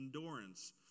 endurance